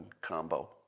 combo